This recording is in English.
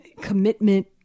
commitment